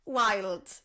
wild